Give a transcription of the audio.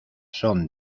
son